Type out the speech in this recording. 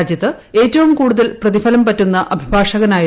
രാജ്യത്ത് ഏറ്റവും കൂടുതൽ പ്രതിഫലം പറ്റുന്ന അഭിഭാഷനായിരുന്നു